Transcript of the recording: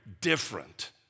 different